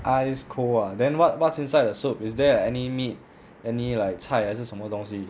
ice cold ah then what what's inside the soup is there any meat any like 菜还是什么东西